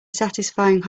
satisfying